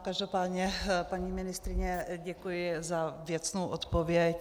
Každopádně, paní ministryně, děkuji za věcnou odpověď.